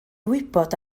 wybod